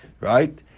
Right